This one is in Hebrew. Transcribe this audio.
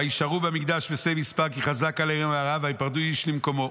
ויישארו במקדש מתי מספר כי חזק עליהם הרעב וייפרדו איש למקומו.